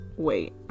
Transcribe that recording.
Wait